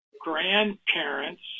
grandparents